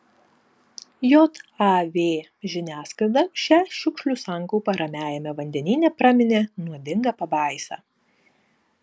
jav žiniasklaida šią šiukšlių sankaupą ramiajame vandenyne praminė nuodinga pabaisa